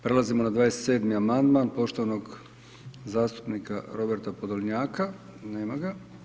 Prelazimo na 27. amandman poštovanog zastupnika Roberta Podolnjka, nema ga.